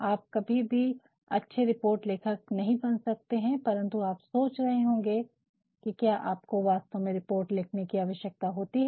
आप कभी भी अच्छे रिपोर्ट लेखक नहीं बन सकते है परन्तु आप सोच रहे होंगे के क्या आपको वास्तव में रिपोर्ट लिखने कि ज़रुरत होती है